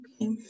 Okay